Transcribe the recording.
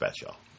special